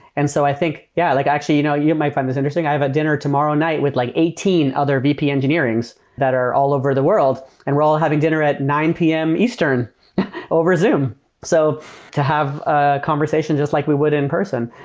and so i think, yeah like actually, you know you might find this interesting. i have a dinner tomorrow night with like eighteen other vp engineering's that are all over the world and we're all having dinner at nine pm eastern over zoom so to have a conversation just like we would in person.